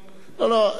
לא, לא.